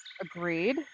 Agreed